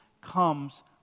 comes